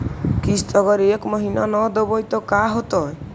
किस्त अगर एक महीना न देबै त का होतै?